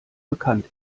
bekannt